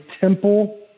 temple